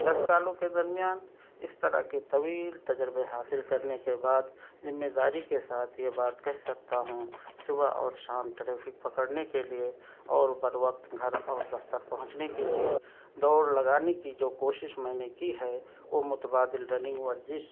دس سالوں کے درمیان اس طرح کے طویل تجربے حاصل کرنے کے بعد ذمےداری کے ساتھ یہ بات کہہ سکتا ہوں صبح اور شام ٹریفک پکڑنے کے لیے اور بر وقت گھر اور دفتر پہنچنے کے لیے دوڑ لگانے کی جو کوشش میں نے کی ہے وہ متبادل رننگ ورزش